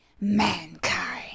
mankind